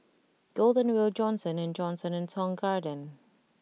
Golden Wheel Johnson and Johnson and Tong Garden